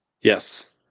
Yes